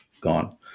gone